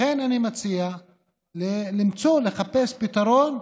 לכן אני מציע לחפש ולתת פתרון.